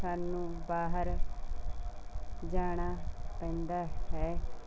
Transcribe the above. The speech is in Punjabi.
ਸਾਨੂੰ ਬਾਹਰ ਜਾਣਾ ਪੈਂਦਾ ਹੈ